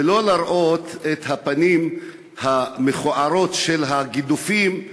ולא להראות את הפנים המכוערות, של הגידופים,